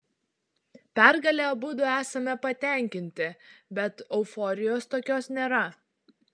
pergale abudu esame patenkinti bet euforijos tokios nėra